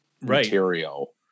material